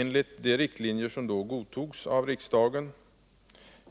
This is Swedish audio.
Enligt de riktlinjer som då godtogs av riksdagen